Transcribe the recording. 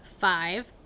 Five